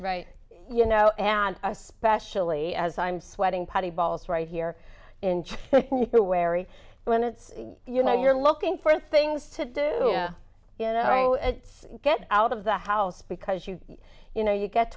right you know and especially as i'm sweating pretty balls right here in the wary when it's you know you're looking for things to do you know it's get out of the house because you you know you get